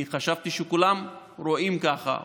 אני חשבתי שכולם רואים ככה.